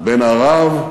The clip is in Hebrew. בן ערב,